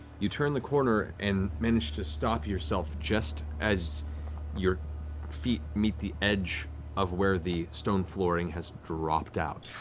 you turn the corner and manage to stop yourself just as your feet meet the edge of where the stone flooring has dropped out.